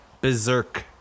berserk